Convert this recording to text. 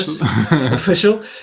official